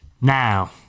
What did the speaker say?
Now